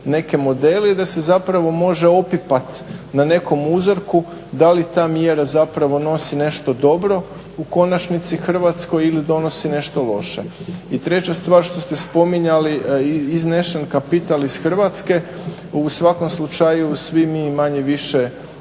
neke modele i da se zapravo može opipati na nekom uzorku da li ta mjera zapravo nosi nešto dobro u konačnici Hrvatskoj ili donosi nešto loše. I treća stvar što ste spominjali iznešen kapital iz Hrvatske u svakom slučaju svi mi manje-više